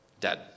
dead